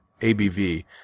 ABV